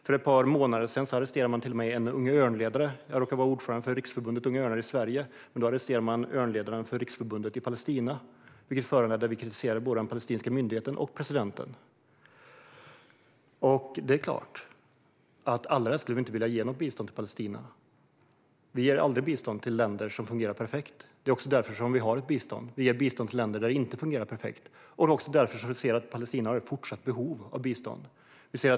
Jag råkar vara ordförande för Riksförbundet Unga Örnar i Sverige. För ett par månader sedan arresterade man till och med en ledare för Riksförbundet för Unga Örnar i Palestina, vilket föranledde att vi kritiserade både den palestinska myndigheten och presidenten. Det är klart att allra helst skulle vi inte vilja ge något bistånd till Palestina. Vi ger aldrig bistånd till länder som fungerar perfekt. Anledningen till att vi har ett bistånd är att ge bistånd till länder där det inte fungerar perfekt, och vi ser att Palestina har ett fortsatt behov av bistånd.